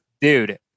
Dude